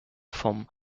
vom